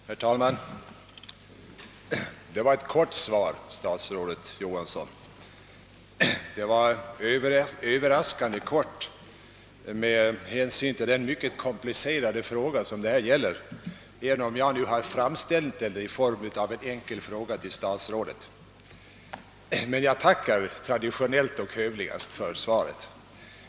Herr talman! Det var ett kort svar, överraskande kort med hänsyn till den mycket komplicerade fråga som det gäller, även om jag framställt den i form av en enkel fråga till statsrådet. Men jag tackar traditionellt och hövligast för svaret.